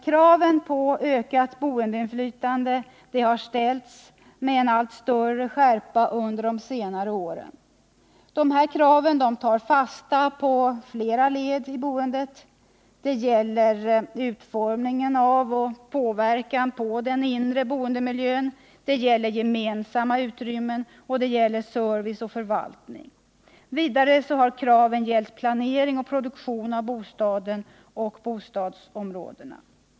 Kraven på ökat boendeinflytande har ställts med allt större skärpa under senare år. Dessa krav tar fasta på flera led i boendet. Det gäller utformning av och påverkan på den inre boendemiljön. Det gäller gemensamma utrymmen, service och förvaltning. Vidare har kraven gällt planering och produktion av bostaden och bostadsområdena.